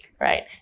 right